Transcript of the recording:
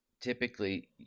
typically